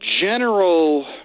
general